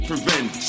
prevent